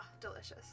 delicious